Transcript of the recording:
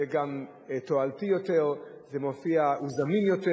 זה גם תועלתי יותר, זה מופיע, הוא זמין יותר.